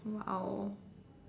!wow!